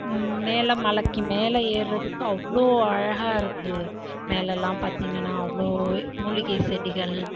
மேலே மலைக்கு மேலே ஏர்றதுக்கு அவ்வளோ அழகாக இருக்குது மேலேலாம் பார்த்திங்கன்னா அவ்வளோ மூலிகை செடிகள்